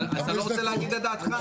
אתה לא רוצה להגיד את דעתך?